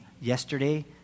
yesterday